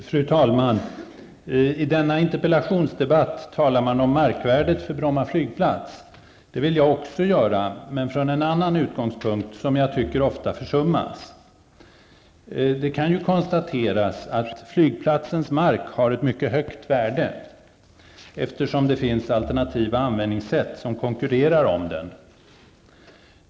Fru talman! I denna interpellationsdebatt talar man om markvärdet för Bromma flygplats. Det vill också jag göra, men från en annan utgångspunkt, som jag tycker ofta försummas. Det kan ju konstateras att flygplatsens mark har ett mycket högt värde, eftersom det finns alternativa användningssätt som konkurrerar om den.